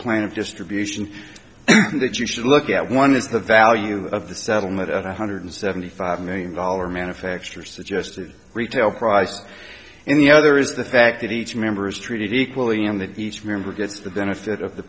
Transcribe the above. plan of distribution that you should look at one is the value of the settlement at one hundred seventy five million dollar manufacturers suggested retail price and the other is the fact that each member is treated equally and that each member gets the benefit of the